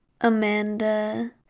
Amanda